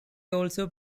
also